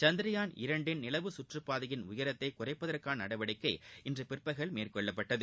சந்திரயான் இரண்டின் நிலவு குற்று பாதையின் உயரத்தை குறைப்பதற்கான நடவடிக்கை இன்று பிற்பகல் மேற்கொள்ளப்பட்டது